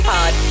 Pod